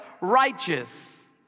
righteous